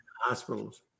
Hospitals